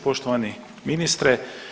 Poštovani ministre.